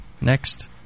Next